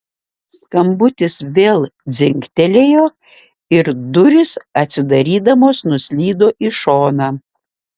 skambutis vėl dzingtelėjo ir durys atsidarydamos nuslydo į šoną